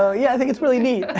so yeah, i think it's really neat.